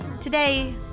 Today